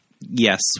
yes